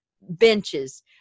benches